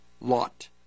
lot